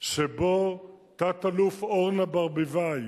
שבו תת-אלוף אורנה ברביבאי